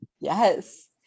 Yes